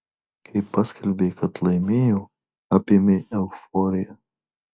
kai paskelbė kad laimėjo apėmė euforija